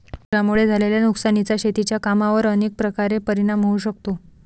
पुरामुळे झालेल्या नुकसानीचा शेतीच्या कामांवर अनेक प्रकारे परिणाम होऊ शकतो